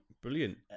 brilliant